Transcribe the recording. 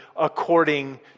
according